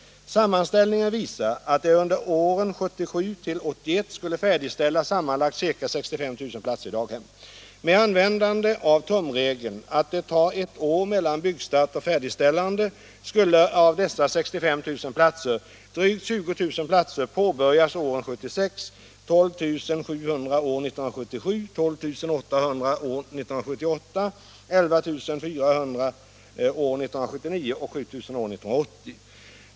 Sammanställningen visar att det under åren 1977 till 1981 skulle färdigställas sammanlagt ca 65 000 platser i daghem. Med användande av tumregeln att det tar ett år mellan byggstart och färdigställande skulle av dessa 65 000 platser drygt 20 000 platser påbörjas år 1976, 12 700 år 1977, 12 800 år 1978, 11 400 år 1979 och 7000 år 1980.